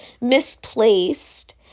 misplaced